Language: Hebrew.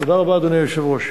תודה רבה, אדוני היושב-ראש.